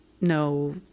No